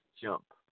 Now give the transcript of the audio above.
jump